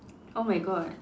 oh my god